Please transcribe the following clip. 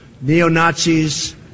Neo-Nazis